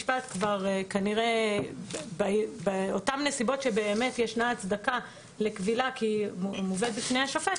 כנראה באותן נסיבות שבאמת יש הצדקה לכבילה שמובאת בפני השופט,